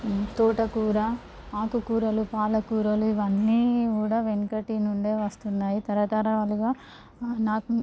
తోటకూర ఆకు కూరలు పాల కూరలు ఇవన్నీ కూడా వెనకటి నుండి వస్తున్నాయి తరతరాలుగా నాకు